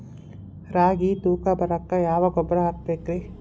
ರಾಗಿ ತೂಕ ಬರಕ್ಕ ಯಾವ ಗೊಬ್ಬರ ಹಾಕಬೇಕ್ರಿ?